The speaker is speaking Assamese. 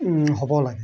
হ'ব লাগে